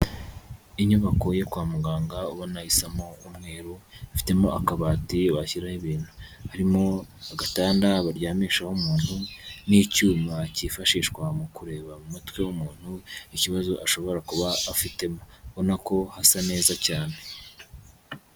Inyubako yo kwa muganga ubona isamo umweru, bafitemo akabati washyiraho ibintu, harimo agatanda baryamishaho umuntu n'icyuma cyifashishwa mu kureba mu mutwe w'umuntu ikibazo ashobora kuba afitemo, ubona ko hasa neza cyane.